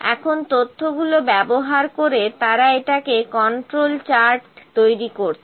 এখন তথ্যগুলো ব্যবহার করে তারা এটাকে কন্ট্রোল চার্ট তৈরি করেছে